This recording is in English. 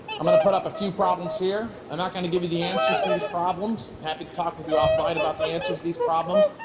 i'm going to put up a few problems here. i'm not going to give you the answers to these problems. i'm happy to talk with you offline about the answers to these problems,